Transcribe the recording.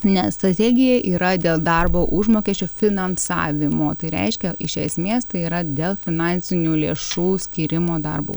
ne strategija yra dėl darbo užmokesčio finansavimo tai reiškia iš esmės tai yra dėl finansinių lėšų skyrimo darbo